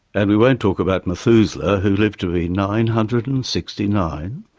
and we won't talk about methuselah who lived to be nine hundred and sixty nine.